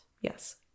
Yes